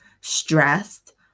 stressed